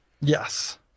Yes